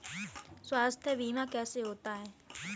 स्वास्थ्य बीमा कैसे होता है?